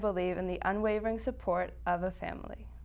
believe in the unwavering support of the family